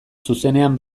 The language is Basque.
zuzenean